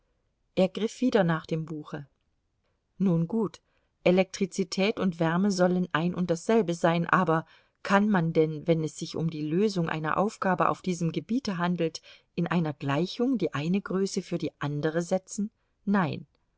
er griff wieder nach dem buche nun gut elektrizität und wärme sollen ein und dasselbe sein aber kann man denn wenn es sich um die lösung einer aufgabe auf diesem gebiete handelt in einer gleichung die eine größe für die andere setzen nein